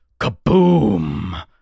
kaboom